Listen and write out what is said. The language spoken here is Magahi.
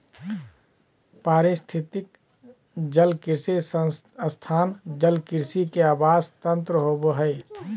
पारिस्थितिकी जलकृषि स्थान जलकृषि के आवास तंत्र होबा हइ